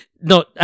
No